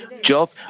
Job